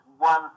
One